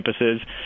campuses